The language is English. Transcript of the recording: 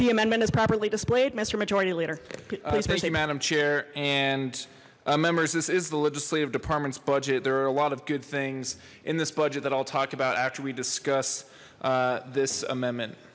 the amendment is properly displayed mister majority leader madam chair and members this is the legislative departments budget there are a lot of good things in this budget that i'll talk about after we discuss this amendment